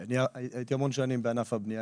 אני הייתי המון שנים בענף הבנייה,